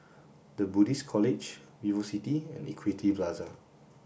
the Buddhist College VivoCity and Equity Plaza